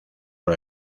por